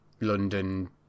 London